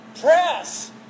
Press